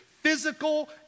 physical